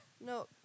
No